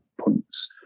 points